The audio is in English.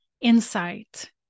insight